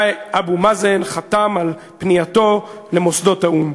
אבו מאזן חתם על פנייתו למוסדות האו"ם.